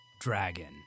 dragon